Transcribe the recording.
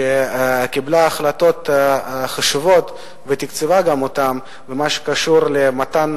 שגם קיבלה החלטות חשובות וגם תקצבה אותן במה שקשור למתן